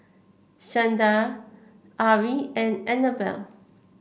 Shandra Arly and Anabel